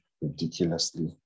ridiculously